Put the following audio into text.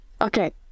Okay